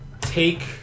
take